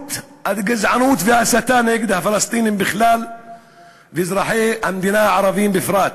התגברות עד גזענות והסתה נגד הפלסטינים בכלל ואזרחי המדינה הערבים בפרט.